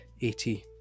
80